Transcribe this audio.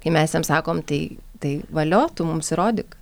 kai mes jiems sakome tai tai valio tu mums įrodyk